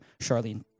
Charlene